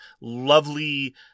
lovely